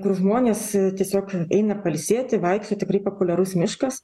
kur žmonės tiesiog eina pailsėti vaikšto tikrai populiarus miškas